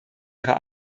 ihrer